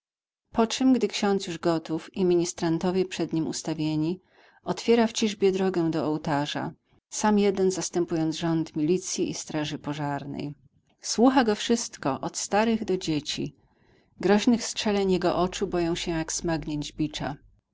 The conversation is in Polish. obciągnie poczem gdy ksiądz już gotów i ministrantowie przed nim ustawieni otwiera w ciżbie drogę do ołtarza sam jeden zastępując rząd milicji i straży pożarnej słucha go wszystko od starych do dzieci groźnych strzeleń jego oczu boją się jak smagnięć bicza